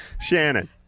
Shannon